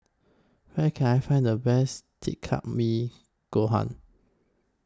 Where Can I Find The Best Takikomi Gohan